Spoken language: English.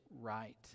right